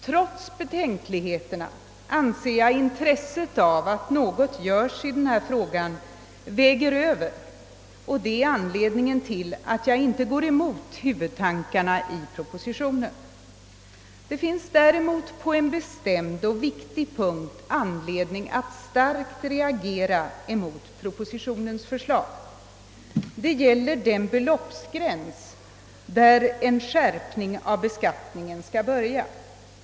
Trots betänkligheterna anser jag att intresset av att något görs i denna fråga väger över, och detta är orsaken till att jag inte går emot huvudtankarna i propositionen. Det finns däremot på en bestämd och viktig punkt anledning att starkt rea gera mot propositionens förslag. Det gäller den beloppsgräns, där en skärpning av beskattningen skall inträda.